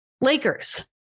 Lakers